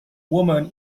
woman